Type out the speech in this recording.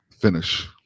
Finish